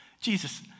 Jesus